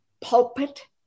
pulpit